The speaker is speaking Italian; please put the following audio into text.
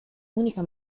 unica